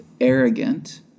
arrogant